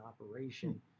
operation